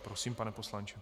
Prosím, pane poslanče.